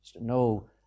no